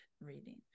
reading